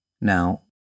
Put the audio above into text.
Now